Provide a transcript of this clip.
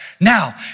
now